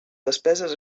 despeses